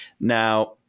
Now